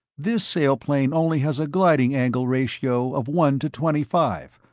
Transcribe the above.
this sailplane only has a gliding angle ratio of one to twenty-five,